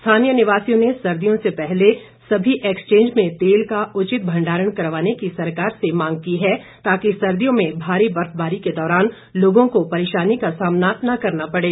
स्थानीय निवासियों ने सर्दियों से पहले सभी एक्सचेंज में तेल का उचित भंडारण करवाने की सरकार से मांग की है ताकि सर्दियों में भारी बर्फबारी के दौरान लोगों को परेशानी का सामना न करना पड़े